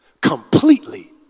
completely